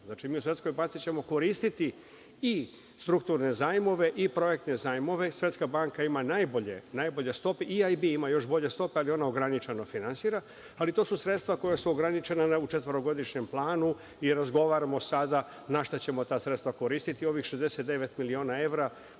mi ćemo u Svetskoj banci koristi i strukturne zajmove i projektne zajmove. Svetska banka ima najbolje stope, EIB ima još bolje stope, ali ona ograničeno finansira, to su sredstva koja su ograničena u četvorogodišnjem planu i razgovaramo sada na šta ćemo ta sredstva koristiti. Ovih 69 miliona evra